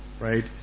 right